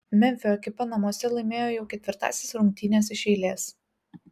memfio ekipa namuose laimėjo jau ketvirtąsias rungtynes iš eilės